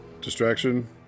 distraction